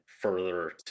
further